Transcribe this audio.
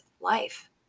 life